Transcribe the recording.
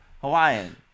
Hawaiian